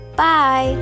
Bye